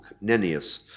Nennius